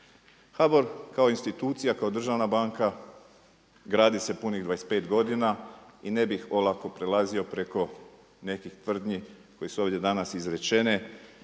HBOR kao institucija, kao državna banka gradi se punih 25 godina i ne bih olako prelazio preko nekih tvrdnji koje su ovdje danas izrečene